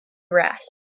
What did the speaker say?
grass